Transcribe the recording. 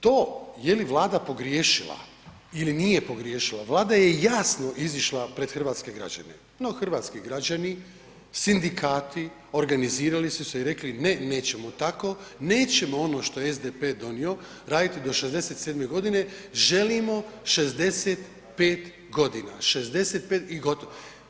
To je li Vlada pogriješila ili nije pogriješila, Vlada je jasno izišla pred hrvatske građane no hrvatski građani, sindikati organizirali su se i rekli ne, nećemo tako, nećemo ono što je SDP donio, raditi do 67 g., želimo 65 g., 65 i gotovo.